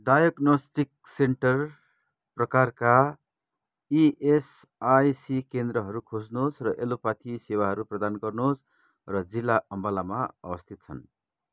diagnostic centre प्रकारका ESIC केन्द्रहरू खोज्नुहोस् र एलोप्याथी सेवाहरू प्रदान गर्नुहोस् र जिल्ला अम्बालामा अवस्थित छन्